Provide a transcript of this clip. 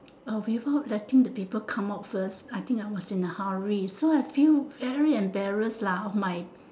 uh without letting the people come out first I think I was in a hurry so I feel very embarrassed lah of my